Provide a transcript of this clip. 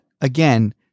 again